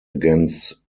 against